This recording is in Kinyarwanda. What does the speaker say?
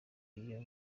iyo